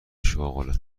شغل